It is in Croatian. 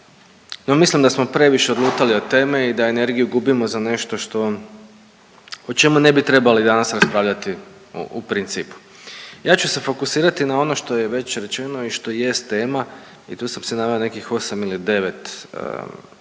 no mislim da smo previše odlutali od teme i da energiju gubimo za nešto što, o čemu ne bi trebali danas raspravljati u principu. Ja ću se fokusirati na ono što je već rečeno i što jest tema i tu sam si naveo nekih 8 ili 9 tematskih